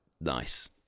Nice